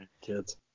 Kids